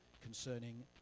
concerning